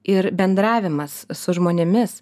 ir bendravimas su žmonėmis